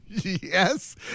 Yes